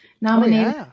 nominated